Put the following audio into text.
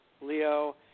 Leo